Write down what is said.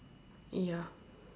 ya